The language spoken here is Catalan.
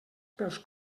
pels